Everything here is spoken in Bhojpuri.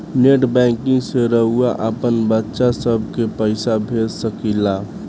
नेट बैंकिंग से रउआ आपन बच्चा सभ के पइसा भेज सकिला